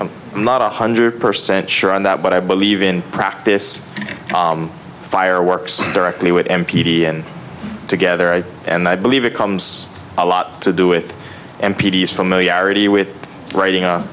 i'm not one hundred percent sure on that but i believe in practice fire works directly with m p t and together i and i believe it comes a lot to do with m p s familiarity with writing